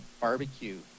barbecue